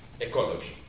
ecology